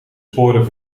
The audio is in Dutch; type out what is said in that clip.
sporen